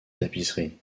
tapisserie